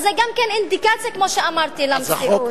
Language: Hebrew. אז זה גם אינדיקציה, כמו שאמרתי, למציאות.